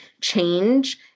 change